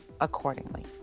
accordingly